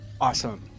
Awesome